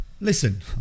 listen